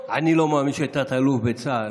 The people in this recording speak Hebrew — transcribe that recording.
אני לא מאמין שתת-אלוף בצה"ל,